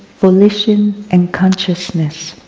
volition, and consciousness.